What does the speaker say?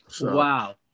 Wow